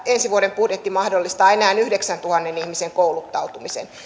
ensi vuoden budjetti mahdollistaa enää yhdeksäntuhannen ihmisen kouluttautumisen